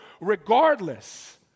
Regardless